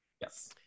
yes